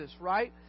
right